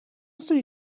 سویت